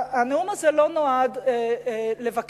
הנאום הזה לא נועד לבקר,